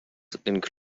festivals